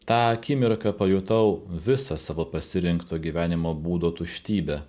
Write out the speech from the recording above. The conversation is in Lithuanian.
tą akimirką pajutau visą savo pasirinkto gyvenimo būdo tuštybę